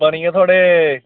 बनी गे थुआढ़े